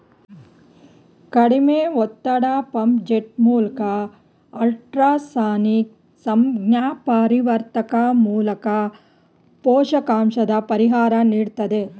ಕಡಿಮೆ ಒತ್ತಡ ಪಂಪ್ ಜೆಟ್ಮೂಲ್ಕ ಅಲ್ಟ್ರಾಸಾನಿಕ್ ಸಂಜ್ಞಾಪರಿವರ್ತಕ ಮೂಲ್ಕ ಪೋಷಕಾಂಶದ ಪರಿಹಾರ ನೀಡ್ತದೆ